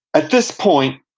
at this point,